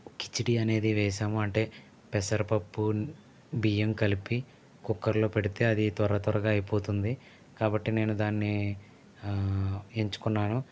కిచిడీ అనేది వేసాము అంటే పెసరపప్పు బియ్యం కలిపి కుక్కర్లో పెడితే అది త్వర త్వరగా అయిపోతుంది కాబట్టి నేను దాన్ని ఎంచుకున్నాను